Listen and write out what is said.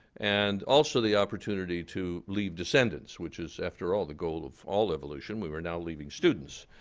and also the opportunity to leave descendants, which is, after all, the goal of all evolution. we were now leaving students.